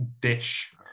dish